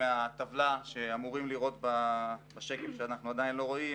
מהטבלה שאמורים לראות בשקף שאנחנו עדיין לא רואים,